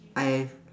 I have